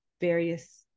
various